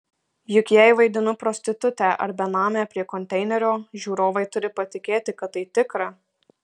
juk jei vaidinu prostitutę ar benamę prie konteinerio žiūrovai turi patikėti kad tai tikra